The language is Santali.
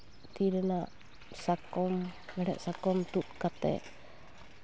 ᱛᱤ ᱨᱮᱱᱟᱜ ᱥᱟᱠᱚᱢ ᱢᱮᱬᱦᱮᱫ ᱥᱟᱠᱚᱢ ᱛᱩᱫ ᱠᱟᱛᱮᱫ